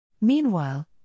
Meanwhile